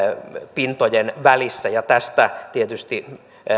pintojen välissä ja tästä tietysti